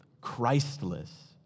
Christless